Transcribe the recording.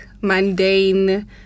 mundane